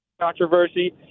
controversy